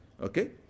Okay